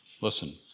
Listen